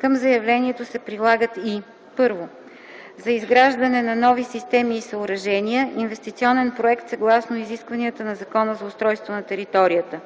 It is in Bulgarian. към заявлението се прилагат и: 1. за изграждане на нови системи и съоръжения - инвестиционен проект съгласно изискванията на Закона за устройство на територията;